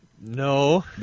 No